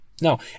No